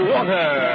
Water